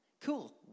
cool